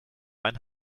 ein